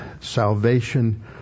salvation